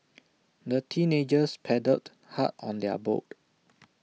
the teenagers paddled hard on their boat